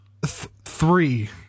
Three